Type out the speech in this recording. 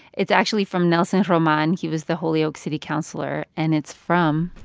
it's actually from nelson roman. he was the holyoke city councilor. and it's from.